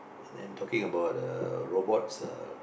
and then talking about uh robots uh